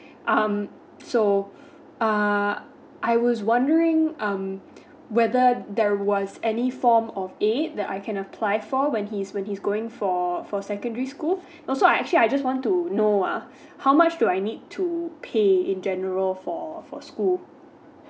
um so uh I was wondering um whether there was any form of aid that I can apply for when he's when he's going for for secondary school also I actually I just want to know uh how much do I need to pay in general for for school